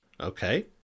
Okay